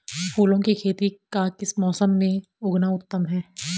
फूलों की खेती का किस मौसम में उगना उत्तम है?